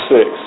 Six